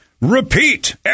repeat